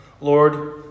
Lord